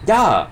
there